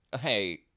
Hey